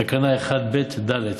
תקנה 1ב(ד)